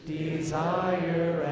desire